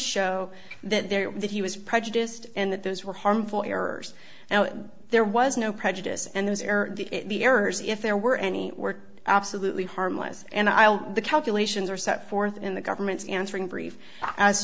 show that there were that he was prejudiced and that those were harmful errors now there was no prejudice and those are the errors if there were any were absolutely harmless and i'll the calculations are set forth in the government's answering brief as